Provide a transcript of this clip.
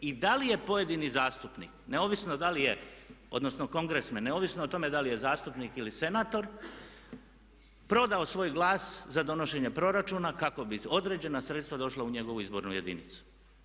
I da li je pojedini zastupnik neovisno da li je, neovisno o tome da li je zastupnik ili senator, prodao svoj glas za donošenje proračuna kako bi određena sredstva došla u njegovu izbornu jedinicu.